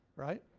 right?